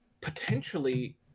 potentially